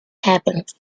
happens